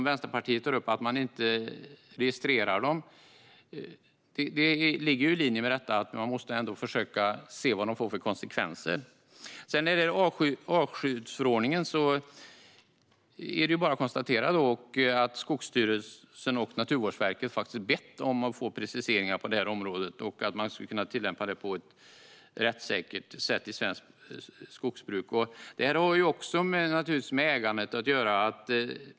Vänsterpartiet tar upp att man inte registrerar nyckelbiotoperna, men man måste ändå försöka se vad detta får för konsekvenser. När det gäller artskyddsförordningen har Skogsstyrelsen och Naturvårdsverket bett om att få preciseringar på området och om hur man skulle kunna tillämpa den på ett rättssäkert sätt i svenskt skogsbruk. Det har naturligtvis med ägandet att göra.